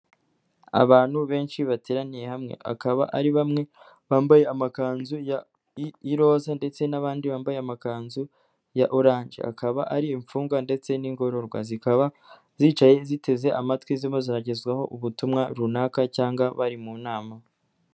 Abantu benshi bateraniye hamwe, akaba ari bamwe bambaye amakanzu y'iroza ndetse n'abandi bambaye amakanzu ya oranje, akaba ari imfungwa ndetse n'ingororwa, zikaba zicaye ziteze amatwi zirimo zagezwaho ubutumwa runaka cyangwa bari mu nama.